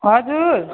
हजुर